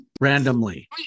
randomly